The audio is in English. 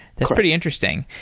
that's pretty interesting.